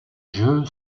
jeu